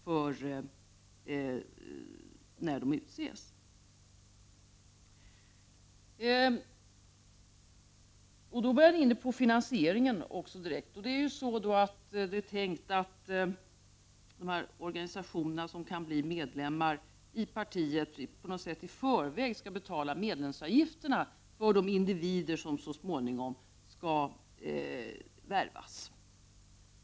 Vi är då direkt inne på finansieringen. Det är tänkt att de organisationer som kan bli medlemmar i partiet på något sätt i förväg skall betala medlemsavgifterna för de individer som så småningom skall värvas.